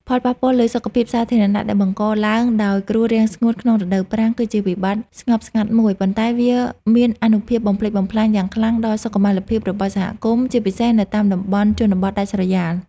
ផលប៉ះពាល់លើសុខភាពសាធារណៈដែលបង្កឡើងដោយគ្រោះរាំងស្ងួតក្នុងរដូវប្រាំង គឺជាវិបត្តិស្ងប់ស្ងាត់មួយ ប៉ុន្តែវាមានអានុភាពបំផ្លិចបំផ្លាញយ៉ាងខ្លាំងដល់សុខុមាលភាពរបស់សហគមន៍ ជាពិសេសនៅតាមតំបន់ជនបទដាច់ស្រយាល។